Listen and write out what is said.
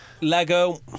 Lego